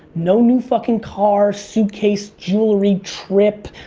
no new fucking car, suitcase, jewelry, trip,